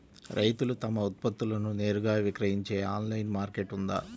రైతులు తమ ఉత్పత్తులను నేరుగా విక్రయించే ఆన్లైను మార్కెట్ ఉందా?